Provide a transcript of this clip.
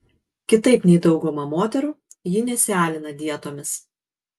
kitaip nei dauguma moterų ji nesialina dietomis